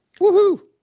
Woo-hoo